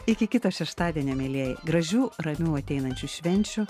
iki kito šeštadienio mielieji gražių ramių ateinančių švenčių